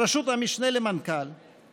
בראשות המשנה למנכ"ל,